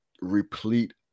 replete